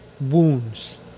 wounds